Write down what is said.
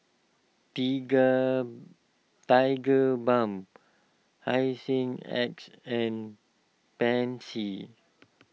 Tigerbalm Hygin X and Pansy